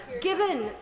Given